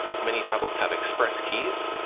many tablets have express keys.